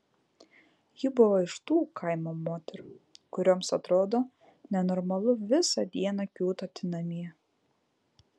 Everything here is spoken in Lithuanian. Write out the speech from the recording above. ji buvo iš tų kaimo moterų kurioms atrodo nenormalu visą dieną kiūtoti namie